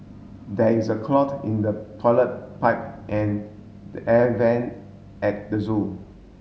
there is a clog in the toilet pipe and the air vent at the zoo